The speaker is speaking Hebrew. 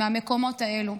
מהמקומות האלו.